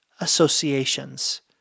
associations